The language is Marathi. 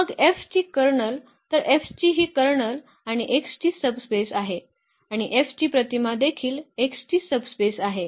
मग F ची कर्नल तर F ची ही कर्नल आणि X ची सब स्पेस आहे आणि F ची प्रतिमा देखील X ची सब स्पेस आहे